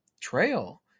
trail